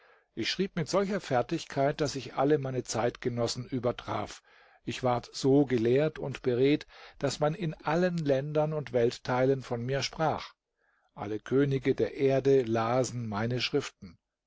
ich schrieb mit solcher fertigkeit daß ich alle meine zeitgenossen übertraf ich ward so gelehrt und beredt daß man in allen ländern und weltteilen von mir sprach alle könige der erde lasen meine schriften